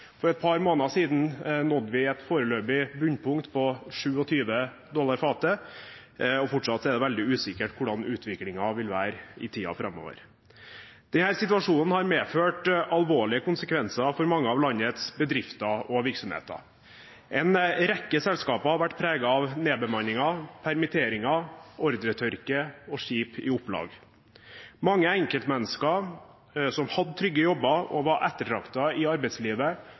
For et par måneder siden nådde vi et foreløpig bunnpunkt på 27 dollar fatet, og fortsatt er det veldig usikkert hvordan utviklingen vil være i tiden framover. Denne situasjonen har fått alvorlige konsekvenser for mange av landets bedrifter og virksomheter. En rekke selskaper har vært preget av nedbemanninger, permitteringer, ordretørke og skip i opplag. Mange enkeltmennesker som hadde trygge jobber og var ettertraktet i arbeidslivet,